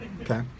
okay